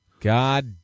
God